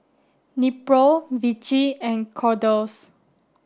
Nepro Vichy and Kordel's